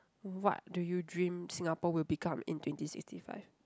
what do you dream Singapore will become in twenty sixty five